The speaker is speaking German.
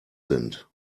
sind